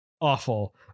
awful